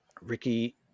ricky